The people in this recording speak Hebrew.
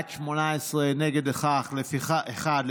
נגד, אחד.